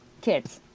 kids